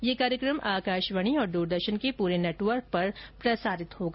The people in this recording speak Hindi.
ये कार्यक्रम आकाशवाणी और द्रदर्शन के पूरे नेटवर्क पर प्रसारित होगा